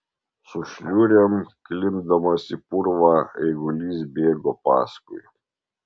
su šliurėm klimpdamas į purvą eigulys bėgo paskui